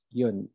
yun